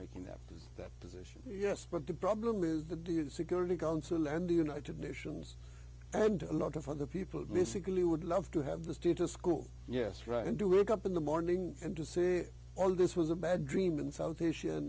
making that is that position yes but to bribe them is the do the security council and the united nations and a lot of other people basically would love to have the state to school yes right and to look up in the morning and to see all this was a bad dream in south asia and